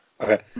Okay